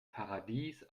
paradies